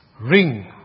ring